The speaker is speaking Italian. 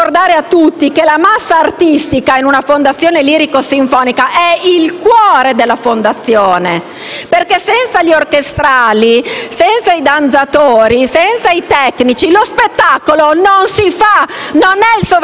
di un'altra cosa.